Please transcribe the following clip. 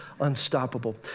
unstoppable